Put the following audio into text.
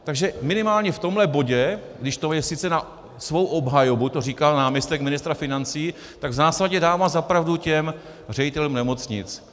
Takže minimálně v tomhle bodě, když to je sice na svou obhajobu, to říkal náměstek ministra financí, tak v zásadě dává za pravdu těm ředitelům nemocnic.